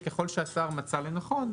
זה ככל שהשר מצא לנכון,